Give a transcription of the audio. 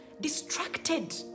distracted